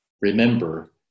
remember